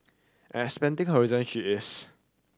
and expanding she is